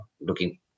looking